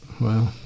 Wow